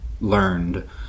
learned